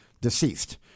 deceased